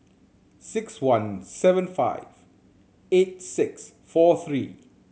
six one seven five eight six four three